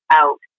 out